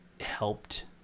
helped